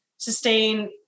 sustain